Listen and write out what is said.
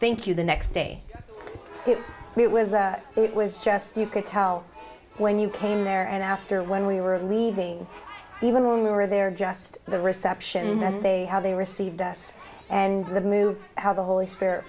think you the next day it was it was just you could tell when you came there and after when we were leaving even when we were there just the reception that they how they received us and the move how the holy spirit